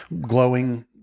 glowing